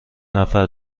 نفر